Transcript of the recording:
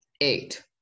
Eight